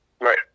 Right